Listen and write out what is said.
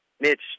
Mitch